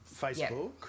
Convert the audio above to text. Facebook